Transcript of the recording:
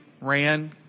ran